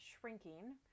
Shrinking